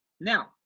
Now